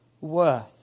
worth